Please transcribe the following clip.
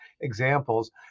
examples